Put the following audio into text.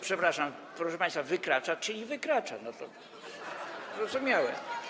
Przepraszam, proszę państwa, wykracza, czyli wykracza, to jest zrozumiałe.